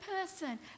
person